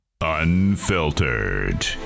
unfiltered